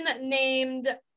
named